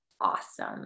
awesome